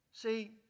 See